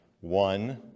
one